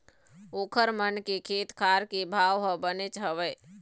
ओखर मन के खेत खार के भाव ह बनेच हवय